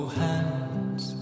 hands